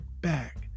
back